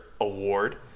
Award